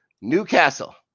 Newcastle